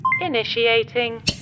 Initiating